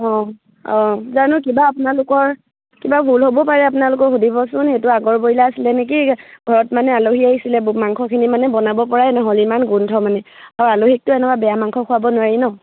অঁ অঁ জানো কিবা আপোনালোকৰ কিবা ভুল হ'ব পাৰে আপোনালোকে সুধিবচোন সেইটো আগৰ ব্ৰইলাৰ আছিলে নেকি ঘৰত মানে আলহী আহিছিলে মাংসখিনি মানে বনাব পৰাই নহ'ল ইমান গোন্ধ মানে আৰু আলহীকটো এনেকুৱা বেয়া মাংস খোৱাব নোৱাৰি ন